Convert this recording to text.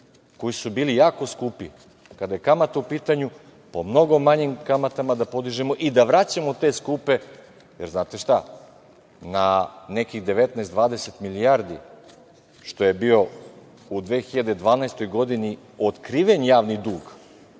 koji su bili jako skupi kada je kamata u pitanju, po mnogo manjim kamatama da podižemo i da vraćamo te skupe kredite. Jer znate šta, na nekih 19-20 milijardi što je bio u 2012. godini otkriven javni dug,